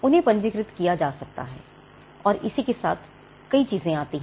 उन्हें पंजीकृत किया जा सकना कई सारी चीजें लाता है